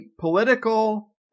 political